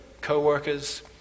co-workers